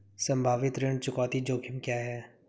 संभावित ऋण चुकौती जोखिम क्या हैं?